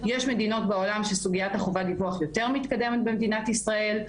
יש מדינות בעולם שסוגית חובת הדיווח יותר מתקדמת ממדינת ישראל,